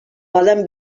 poden